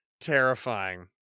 terrifying